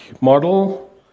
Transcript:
model